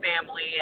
family